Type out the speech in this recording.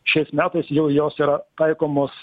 šiais metais jau jos yra taikomos